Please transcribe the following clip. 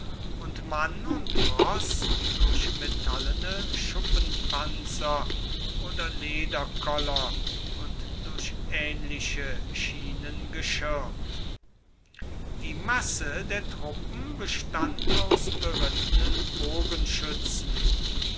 und mann und roß durch metallene schuppenpanzer oder lederkoller und durch ähnliche schienen geschirmt die masse der truppen bestand aus berittenen bogenschützen